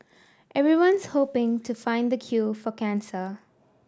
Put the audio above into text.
everyone's hoping to find the cure for cancer